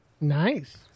Nice